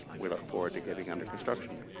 we look forward to getting under construction.